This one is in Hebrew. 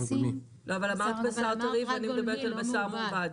אבל אמרת בשר טרי ואני מדברת על בשר מעובד.